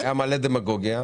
היה מלא דמגוגיה.